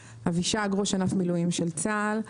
ראש ענף מילואים של צה"ל.